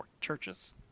churches